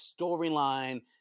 storyline